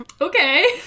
Okay